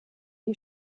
die